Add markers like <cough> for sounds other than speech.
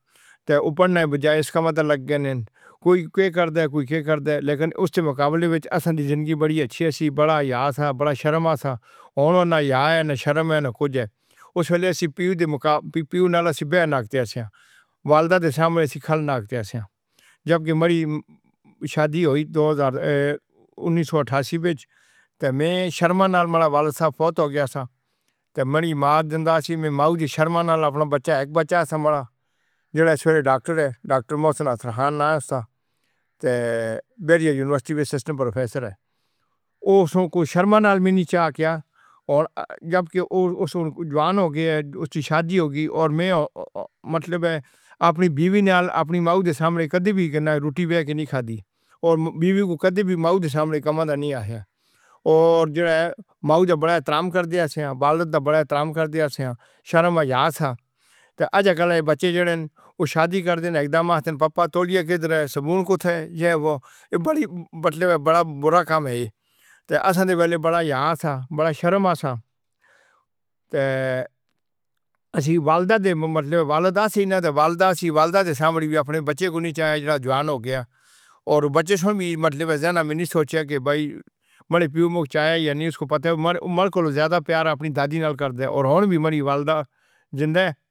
اصل میں گل یہ ہے جی کے پہلے جس آلےپنجا سال پہلے اسسی لوگ جس آلے مطلب ہے کے اسساں پیدا ہویاں یا بڑے ہویاں، اس ویلے مطلب ہے کے سارا کم کات کوئی نہ ہوندا اسساں صرف صبح اٹھاں تے! پہلے سبق پڑھنے جللا ں استو باد واپس آواں، استو بعد چاہ پیواں، چاہ سی باد سکولِ جلدے رواں، سکولِ سی واپس آواں پھر سبکا پھیج چھوڑن۔ اسکو لوں بعد جیڑا اے <unintelligible> اس دی بعد مڑ کے تھوڑا جیا کہیننا اے اسسی ٹائم اسساں کے ہو وا ہے جیڑا ا ِٹتی ڈنڈا کھیڑن اسسی۔ تے ا ِٹتی ڈنڈا کھیڑ کے، برحال او وی مطلب ہے کے دائرے دے کھیڑ دے سے اسساں، تے، کھیڑ کے واپس آ جللاں، شام ہو جلے، شام سی بعد اسسی روٹی کھاواں، روٹی کھان نے بعد اسسی سَے جللاں۔ سیواں تے فیر بس اسساں دی زندگی نا مطلب اے ہی روٹین آسی، معمول اے ہی سا۔ تے! جس سال <unintelligible> نا ساں شرم، شرم ہوندا ساں یا ہوندا ساں۔ اگر سگریٹ چھیکنا ہویا سی میں دسوئویں وچ جس ویلے، او، پڑھدا ساں، تے سگریٹ چھیکنا تے میں جنگل میں گیاں او وی میں سگریٹ چھکیا لیکن اے گل اے کے چھپ چھپ کے کوئی وی نال سا لیکن فیر میں اپنے دنداں وچ اک بوٹی ہوندی اے، جس دا نام اے کھٹکولا! او! کھٹکولا مار کے تاں جی ماردے ، ماردے یو ہویا کے اندر جیڑی دنداں نیئاں موسرالاں آ سیاں، او وی ختم ہو گئیاں اور خون آن لگ گیا، اس وجہ نال گھرا آلے وی مشک نہ ہووے۔ اس تے مقابلے وچ اج کل بچے جیڑے ہیں اٹھتے ھن نا <hesitation> اٹھنے نال ہی جیڑا چا کندے نے موبائل، موبائل وچ اچھی گللاں وی ہین تے مندیاں گللاں وی ہین۔ جس تے بچے تباہ ہون جلدے ہن۔ کوئی کے گیم کھیڑ دا اے، کوئی کے گیم کھیڑ دا اے۔